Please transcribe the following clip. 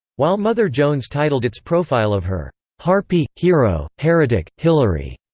while mother jones titled its profile of her harpy, hero, heretic hillary.